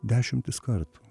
dešimtis kartų